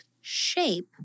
shape